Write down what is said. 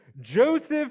Joseph